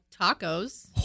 tacos